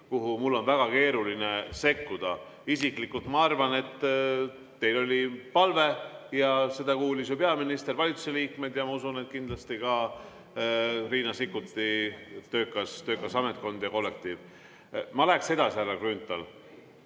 kuhu mul on väga keeruline sekkuda. Isiklikult ma arvan, et teil oli palve ja seda kuulis peaminister, kuulsid valitsuse liikmed ja ma usun, et kindlasti ka Riina Sikkuti töökas ametkond ja kollektiiv. Ma läheks edasi, härra